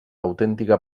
autèntica